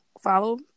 follow